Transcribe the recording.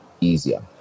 easier